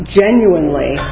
genuinely